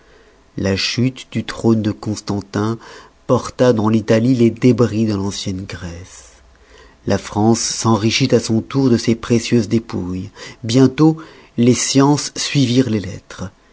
la chute du trône de constantin porta dans l'italie les débris de l'ancienne grece la france s'enrichit à son tour de ces précieuses dépouilles bientôt les sciences suivirent les lettres